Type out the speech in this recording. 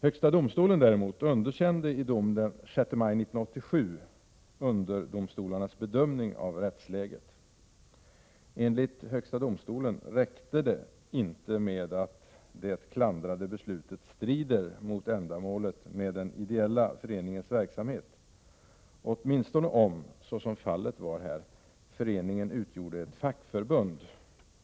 Högsta domstolen däremot underkände i dom den 6 maj 1987 underdomstolarnas bedömning av rättsläget. Enligt högsta domstolen räckte det icke med att det klandrade beslutet strider mot ändamålet med den ideella föreningens verksamhet, åtminstone om — såsom fallet var här — föreningen utgjorde ett fackförbund.